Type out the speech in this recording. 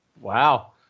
Wow